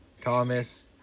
Thomas